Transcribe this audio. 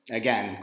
again